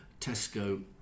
Tesco